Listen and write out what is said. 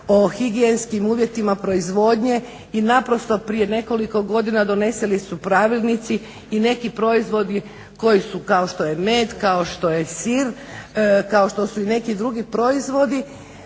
o higijenskim uvjetima proizvodnje i naprosto prije nekoliko godina doneseni su pravilnici i neki proizvodi koji su kao što je med, kao što je sir, kao što su i neki drugi proizvodi